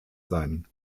sein